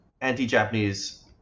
anti-Japanese